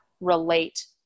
relate